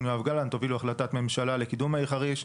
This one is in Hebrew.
יואב גלנט הובילה החלטת ממשלה לקידום העיר חריש.